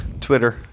Twitter